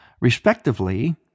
respectively